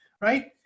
right